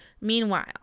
Meanwhile